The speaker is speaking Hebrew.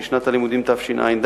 שהיא שנת הלימודים תשע"ד,